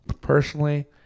personally